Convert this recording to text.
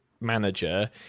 manager